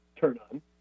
turn-on